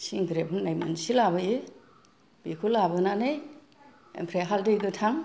सिंग्रेब होननाय मोनसे लाबोयो बेखौ लाबोनानै ओमफ्राय हालदै गोथां